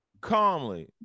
calmly